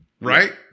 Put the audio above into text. right